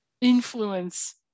influence